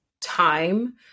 time